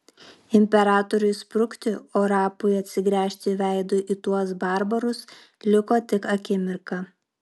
imperatoriui sprukti o rapui atsigręžti veidu į tuos barbarus liko tik akimirka